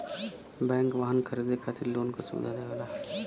bank वाहन खरीदे खातिर लोन क सुविधा देवला